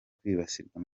kwibasirwa